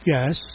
Yes